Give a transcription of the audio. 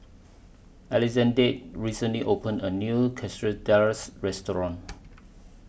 Alexande recently opened A New Quesadillas Restaurant